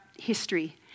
history